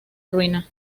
ruina